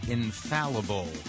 infallible